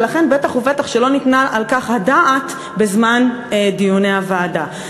ולכן בטח ובטח שלא ניתנה על כך הדעת בזמן דיוני הוועדה.